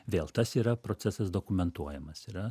vėl tas yra procesas dokumentuojamas yra